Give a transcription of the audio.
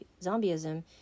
zombieism